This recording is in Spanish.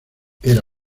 era